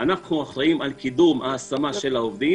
אנחנו אחראים על קידום ההשמה של העובדים.